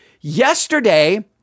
yesterday